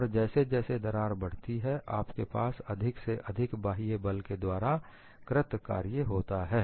और जैसे दरार बढ़ती है आपके पास अधिक से अधिक बाह्य बल के द्वारा कृत कार्य होता है